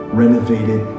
renovated